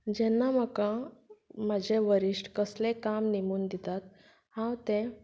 जेन्ना म्हाका म्हाजे वरिश्ट कसलेंय काम नेमून दितात हांव तें